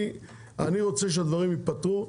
אני רוצה שהדברים ייפתרו,